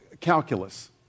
calculus